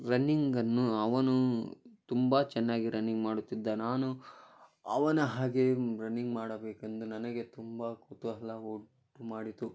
ರನ್ನಿಂಗನ್ನು ಅವನು ತುಂಬ ಚೆನ್ನಾಗಿ ರನ್ನಿಂಗ್ ಮಾಡುತ್ತಿದ್ದ ನಾನು ಅವನ ಹಾಗೆ ರನ್ನಿಂಗ್ ಮಾಡಬೇಕೆಂದು ನನಗೆ ತುಂಬ ಕುತೂಹಲ ಹೋ ಮಾಡಿತು